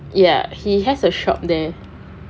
ya he has a shop there